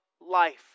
life